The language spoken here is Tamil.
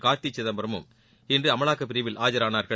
கார்த்தி சிதம்பரமும் இன்று அமலாக்கப்பிரிவில் ஆஜரானர்கள்